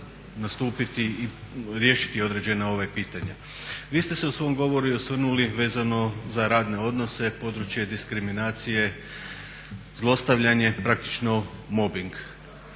nastupiti i riješiti određena pitanje. Vi ste se u svom govoru i osvrnuli vezano za radne odnose, područja diskriminacije, zlostavljanje, praktično mobing.